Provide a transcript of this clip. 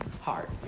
heart